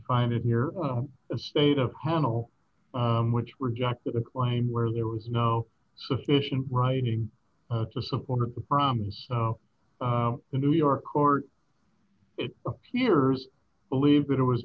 find it in your state of handel which rejects the claim where there was no sufficient writing to support the promise of the new york court it appears believe that it was